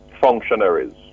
functionaries